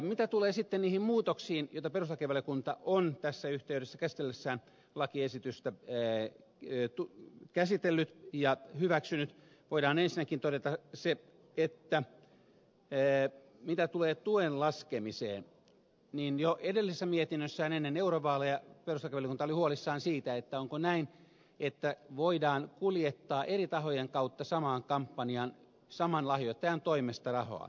mitä tulee sitten niihin muutoksiin joita perustuslakivaliokunta on tässä yhteydessä käsitellessään lakiesitystä käsitellyt ja hyväksynyt voidaan ensinnäkin todeta se että mitä tulee tuen laskemiseen niin jo edellisessä mietinnössään ennen eurovaaleja perustuslakivaliokunta oli huolissaan siitä onko näin että voidaan kuljettaa eri tahojen kautta samaan kampanjaan saman lahjoittajan toimesta rahaa